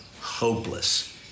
hopeless